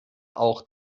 auch